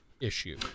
issue